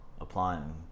applying